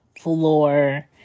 floor